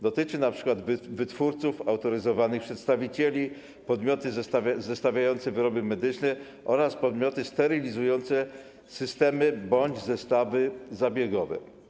Dotyczy to np. wytwórców, autoryzowanych przedstawicieli, podmiotów zestawiających wyroby medyczne oraz podmiotów sterylizujących systemy bądź zestawy zabiegowe.